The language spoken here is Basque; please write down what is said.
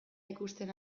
ikusten